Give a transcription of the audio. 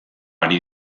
ari